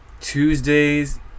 tuesdays